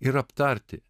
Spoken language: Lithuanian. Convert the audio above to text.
ir aptarti